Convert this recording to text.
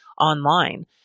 online